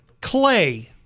Clay